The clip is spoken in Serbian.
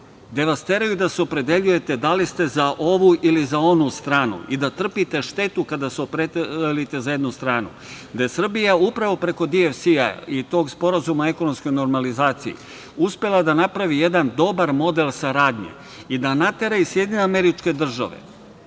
gde nas teraju da se opredeljujete da li ste za ovu ili za onu stranu i da trpite štetu kada se opredelite za jednu stranu gde je Srbija upravo preko DFC-a i tog Sporazuma o ekonomskoj normalizaciji uspela da napravi jedan dobar model saradnje i da natera i SAD da počnu da